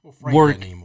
work